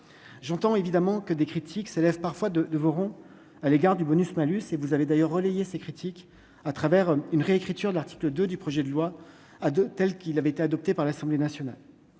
j'entends évidemment que des critiques s'élèvent parfois de de Voiron à l'égard du bonus malus et vous avez d'ailleurs relayé ses critiques à travers une réécriture de l'article 2 du projet de loi à de telles qu'il avait été adopté par l'Assemblée nationale